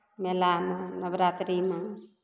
मेलामे नवरात्रीमे